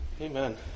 Amen